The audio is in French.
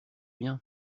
bien